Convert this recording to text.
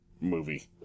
movie